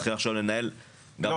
לא.